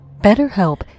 BetterHelp